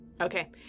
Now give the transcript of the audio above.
okay